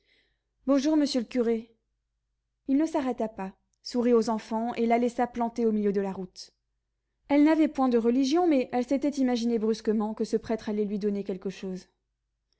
bonjour monsieur le curé il ne s'arrêta pas sourit aux enfants et la laissa plantée au milieu de la route elle n'avait point de religion mais elle s'était imaginé brusquement que ce prêtre allait lui donner quelque chose